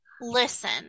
Listen